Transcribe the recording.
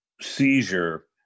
seizure